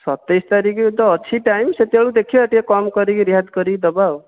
ସତେଇଶ ତାରିଖ ତ ଅଛି ଟାଇମ୍ ସେତେବେଳକୁ ଦେଖିବା ଟିକିଏ କମ୍ କରିକି ରିହାତି କରିକି ଦେବା ଆଉ